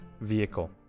vehicle